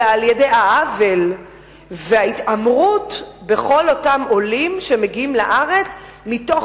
אלא על-ידי העוול וההתעמרות בכל אותם עולים שמגיעים לארץ מתוך